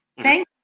Thank